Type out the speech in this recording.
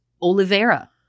Oliveira